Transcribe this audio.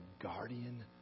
guardian